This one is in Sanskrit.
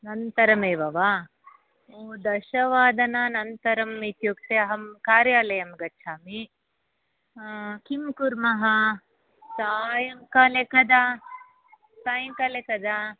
नन्तरमेव वा ओ दशवादनानन्तरम् इत्युक्ते अहं कार्यालयं गच्छामि किं कुर्मः सायङ्काले कदा सायङ्काले कदा